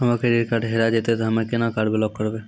हमरो credit card हेरा जेतै ते हम्मय केना कार्ड ब्लॉक करबै?